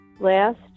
Last